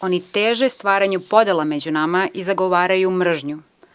Oni teže stvaranju podela među nama i zagovaraju mržnju.